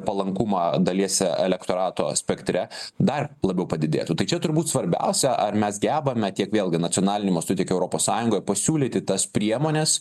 palankumą dalies elektorato spektre dar labiau padidėtų tai čia turbūt svarbiausia ar mes gebame tiek vėlgi nacionaliniu mastu tiek europos sąjungoj pasiūlyti tas priemones